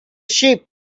ship